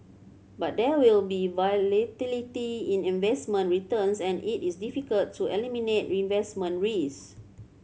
but there will be volatility in investment returns and it is difficult to eliminate reinvestment risk